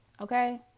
Okay